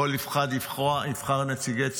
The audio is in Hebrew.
כל אחד יבחר נציגי ציבור.